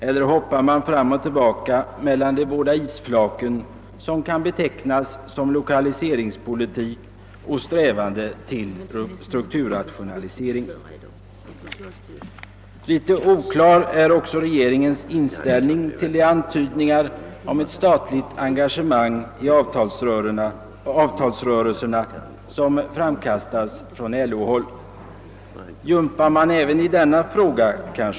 Eller hoppar man fram och tillbaka mellan de båda isflak som betecknas av lokaliseringspolitik och strävanden till strukturrationalisering? Litet oklar är regeringens inställning också till de antydningar om ett statligt engagemang i avtalsrörelserna, som framkastats från LO-håll. Jumpar man kanske även i denna fråga?